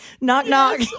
Knock-knock